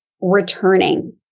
returning